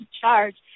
charge